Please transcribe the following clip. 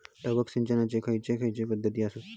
ठिबक सिंचनाचे खैयचे खैयचे पध्दती आसत?